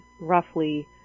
roughly